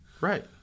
Right